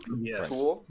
Yes